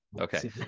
Okay